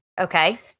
Okay